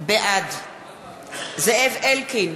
בעד זאב אלקין,